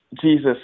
Jesus